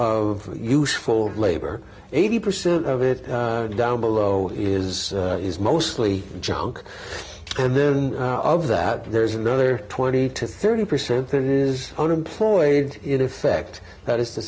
of useful labor eighty percent of it down below is mostly junk and then all of that there's another twenty to thirty percent that is unemployed in effect that is to